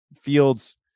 fields